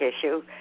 issue